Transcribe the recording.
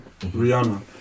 Rihanna